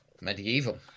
Medieval